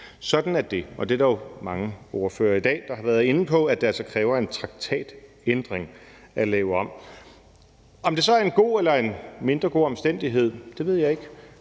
Sådan er det, og der er jo mange ordførere, der i dag har været inde på, at det altså kræver en traktatændring at lave det om. Om det så er en god eller en mindre god omstændighed, ved jeg ikke.